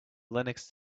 linux